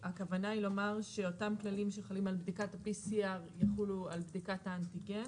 לומר שאותם כללים שחלים על בדיקת PCR יחולו על בדיקת האנטיגן